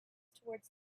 towards